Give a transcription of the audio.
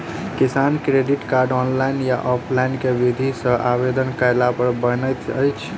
किसान credit card, online या offline केँ विधि सँ आवेदन कैला पर बनैत अछि?